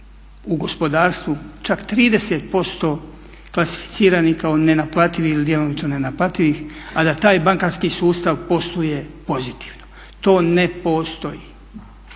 u gospodarstvu čak 30% klasificiranih kao nenaplativi ili djelomično nenaplativi, a da taj bankarski sustav posluje pozitivno. To ne postoji.